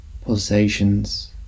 pulsations